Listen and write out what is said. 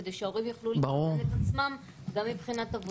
כדי שההורים יוכלו לתכנן את עצמם גם מבחינת --- ברור,